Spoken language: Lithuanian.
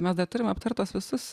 mes dar turim aptart tuos visus